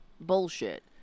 bullshit